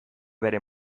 bere